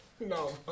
No